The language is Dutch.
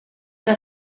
dat